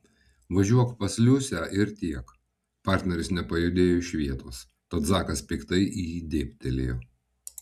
važiuok pas liusę ir tiek partneris nepajudėjo iš vietos tad zakas piktai į jį dėbtelėjo